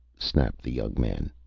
snapped the young man.